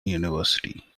university